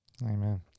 Amen